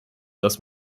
dass